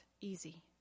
easy